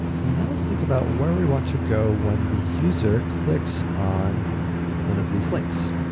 and now, let's think about where we want to go when the user clicks on one of these links.